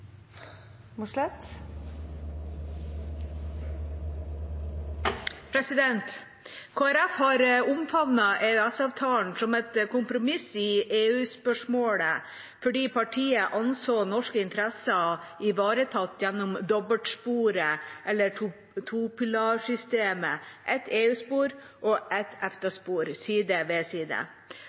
har omfavnet EØS-avtalen som et kompromiss i EU-spørsmålet, fordi partiet anså norske interesser ivaretatt gjennom dobbeltsporet eller topilarsystemet: et EU-spor og et EFTA-spor, side om side.